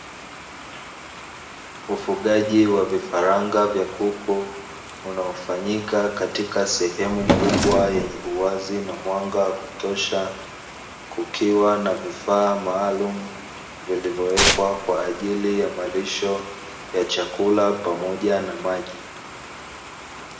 Ufugaji wa vifaranga vya kuku unaofanyika katika sehemu kubwa yenye uwazi na mwanga wa kutosha, kukiwa na vifaa maalumu vilivowekwa kwa ajili ya malisho ya chakula pamoja na maji.